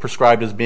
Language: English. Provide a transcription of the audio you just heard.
prescribed as being